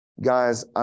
Guys